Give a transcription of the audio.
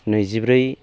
नैजिब्रै